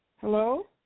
Hello